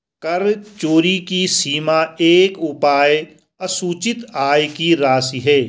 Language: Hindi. कर चोरी की सीमा का एक उपाय असूचित आय की राशि है